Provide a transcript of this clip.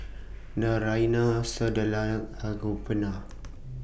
Naraina Sunderlal and Gopinath